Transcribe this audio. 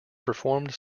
performed